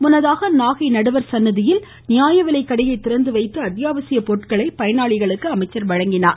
முன்னதாக நாகை நடுவர் சன்னதியில் நியாய விலைக்கடையை திறந்து வைத்து அத்தியாவசிய பொருட்களை பயனாளிகளுக்கு அமைச்சர் வழங்கினார்